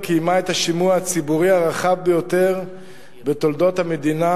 קיימה את השימוע הציבורי הרחב ביותר בתולדות המדינה